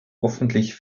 hoffentlich